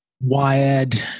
Wired